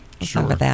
Sure